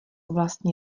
vlastně